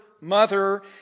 mother